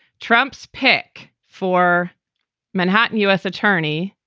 trump's pick for manhattan u s. attorney.